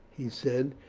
he said,